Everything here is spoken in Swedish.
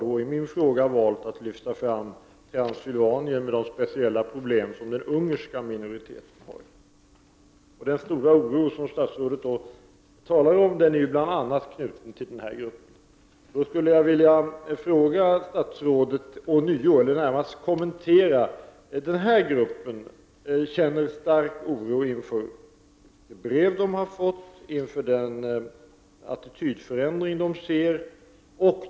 I min fråga har jag valt att lyfta fram Transsylvanien med de speciella problem som den ungerska minoriteten har där. Den stora oro som statsrådet talade om är bl.a. knuten till denna grupp. Denna grupp känner stark oro inför de brev som de har fått och inför den attitydförändring som man ser.